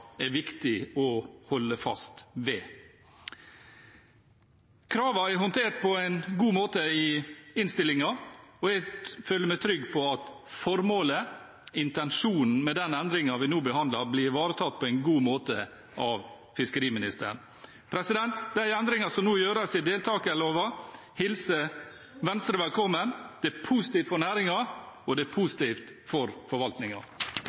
er viktig å holde fast ved dagens nasjonalitetskrav og aktivitetskrav. Kravene er håndtert på en god måte i innstillingen, og jeg føler meg trygg på at formålet, intensjonen, med den endringen vi nå behandler, blir ivaretatt på en god måte av fiskeriministeren. De endringer som nå gjøres i deltakerloven, hilser Venstre velkommen. Det er positivt for næringen, og det er positivt for